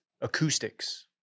acoustics